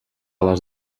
les